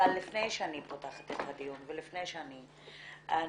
אבל לפני שאני פותחת את הדיון ולפני שאני נותנת,